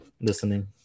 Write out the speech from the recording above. listening